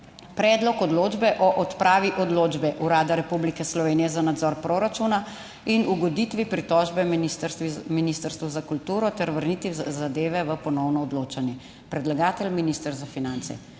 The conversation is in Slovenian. predlog odločbe o odpravi odločbe Urada Republike Slovenije za nadzor proračuna in ugoditvi pritožbe Ministrstvu za kulturo ter vrnitvi zadeve v ponovno odločanje. Predlagatelj, minister za finance.